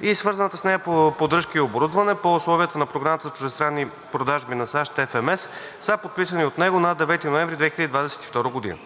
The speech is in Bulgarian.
и свързана с нея поддръжка и оборудване“ по условията на Програмата за чуждестранни военни продажби на САЩ (FMS) са подписани от него на 9 ноември 2022 г.